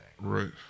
Right